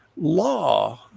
law